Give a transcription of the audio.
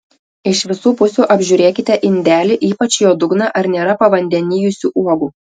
iš visų pusių apžiūrėkite indelį ypač jo dugną ar nėra pavandenijusių uogų